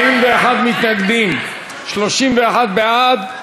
41 מתנגדים, 31 בעד.